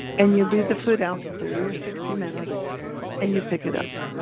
and you leave the food out for thirty or sixty minutes and you pick it up.